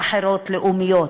ואחרות, לאומיות,